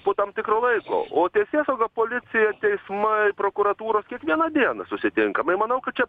po tam tikro laiko o teisėsauga policija teismai prokuratūra kiekvieną dieną susitinkam manau kad čia